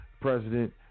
president